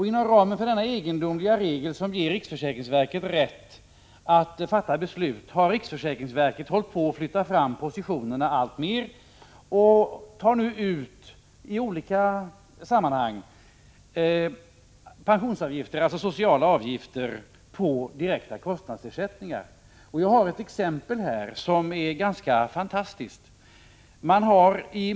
Inom ramen för denna egendomliga regel, som ger riksförsäkringsverket rätt att fatta beslut, har riksförsäkringsverket flyttat fram positionerna alltmer och tar nu i olika sammanhang ut sociala avgifter på direkta kostnadsersättningar. Jag har ett exempel som är ganska fantastiskt.